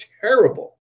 terrible